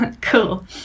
Cool